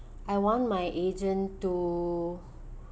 I want my agent to